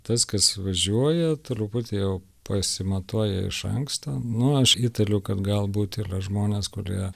tas kas važiuoja truputį jau pasimatuoja iš anksto nu aš įtariu kad galbūt yra žmonės kurie